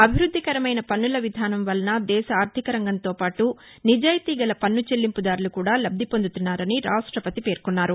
అభివృద్దికరమైన పన్నుల విధానం వలన దేశ ఆర్థికరంగంతో పాటు నిజాయితీగల పన్ను చెల్లింపుదారులు కూడా లబ్లి పొందుతున్నారని రాష్టపతి పేర్కొన్నారు